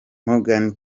morgan